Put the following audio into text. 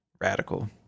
radical